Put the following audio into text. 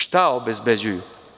Šta obezbeđuju?